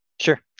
Sure